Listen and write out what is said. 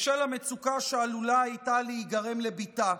בשל המצוקה שעלולה הייתה להיגרם לבתה.